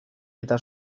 eta